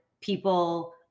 people